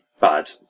bad